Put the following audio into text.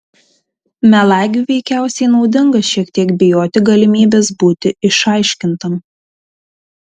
melagiui veikiausiai naudinga šiek tiek bijoti galimybės būti išaiškintam